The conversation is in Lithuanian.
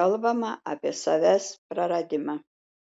kalbama apie savęs praradimą